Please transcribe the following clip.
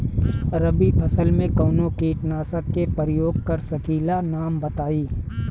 रबी फसल में कवनो कीटनाशक के परयोग कर सकी ला नाम बताईं?